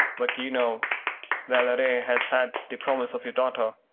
but you know valere has had the promise of your daughter.